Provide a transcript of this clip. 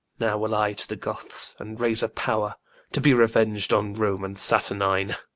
now will i to the goths, and raise a pow'r to be reveng'd on rome and saturnine.